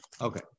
Okay